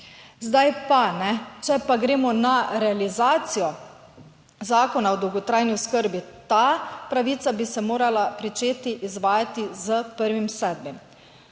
Zdaj pa, če pa gremo na realizacijo Zakona o dolgotrajni oskrbi, ta pravica bi se morala pričeti izvajati s 1. 7.